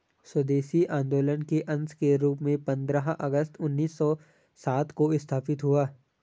स्वदेशी आंदोलन के अंश के रूप में पंद्रह अगस्त उन्नीस सौ सात को स्थापित हुआ